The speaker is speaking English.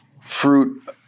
fruit